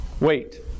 wait